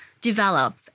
develop